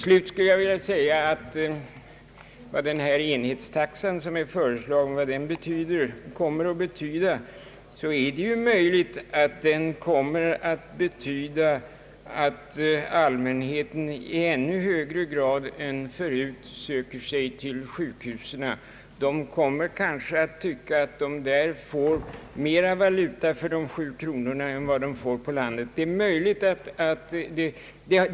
Slutligen vill jag beträffande den föreslagna enhetstaxan säga att det är möjligt att den kommer att medföra att allmänheten i ännu högre grad än tidigare söker sig till sjukhusen. Man kommer kanske att tycka att man där får mer valuta för de sju kronorna än man får i den öppna vården.